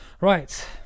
Right